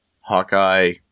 Hawkeye